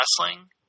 wrestling